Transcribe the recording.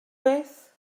beth